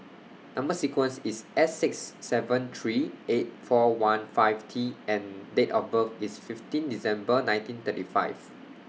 Number sequence IS S six seven three eight four one five T and Date of birth IS fifteen December nineteen thirty five